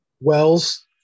Wells